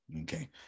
okay